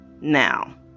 Now